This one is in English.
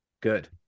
Good